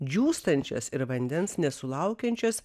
džiūstančias ir vandens nesulaukiančias